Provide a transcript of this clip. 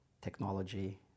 technology